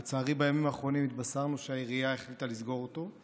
לצערי בימים האחרונים התבשרנו שהעירייה החליטה לסגור אותו.